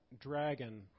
dragon